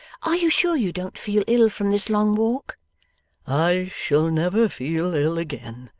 are you sure you don't feel ill from this long walk i shall never feel ill again,